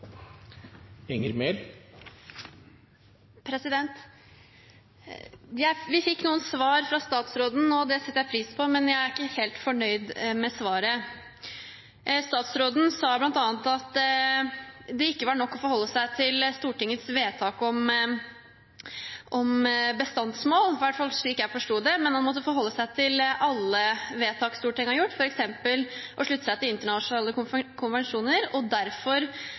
ikke helt fornøyd. Statsråden sa bl.a. at det ikke var nok å forholde seg til Stortingets vedtak om bestandsmål, i hvert fall slik jeg forsto det, han måtte forholde seg til alle vedtak Stortinget har gjort, f.eks. å slutte seg til internasjonale konvensjoner, og derfor